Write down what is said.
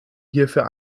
hierfür